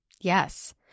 Yes